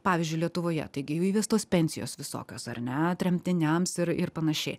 pavyzdžiui lietuvoje taigi jų įvestos pensijos visokios ar ne tremtiniams ir ir panašiai